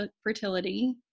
Fertility